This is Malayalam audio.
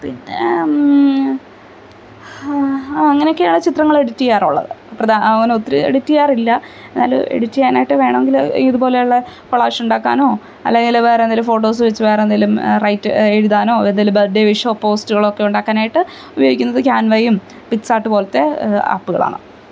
പിന്നെ അങ്ങനൊക്കെയാണ് ചിത്രങ്ങള് എഡിറ്റ് ചെയ്യാറുള്ളത് അങ്ങനെ ഒത്തിരി എഡിറ്റ് ചെയ്യാറില്ല എന്നാലും എഡിറ്റ് ചെയ്യാനായിട്ട് വേണമെങ്കില് ഇതുപോലെയുള്ള കൊളാഷ് ഉണ്ടാക്കാനോ അല്ലെങ്കില് വേറെ എന്തേലും ഫോട്ടോസ് വച്ചു വേറെ എന്തേലും എഴുതാനോ ഏന്തേലും ബേത്ത് ഡേ വിഷോ പോസ്റ്റുകളൊക്കെ ഉണ്ടാക്കാനായിട്ട് ഉപയോഗിക്കുന്നത് ക്യാൻവയും പിക്സാർട്ട് പോലത്തെ ആപ്പുകളാണ്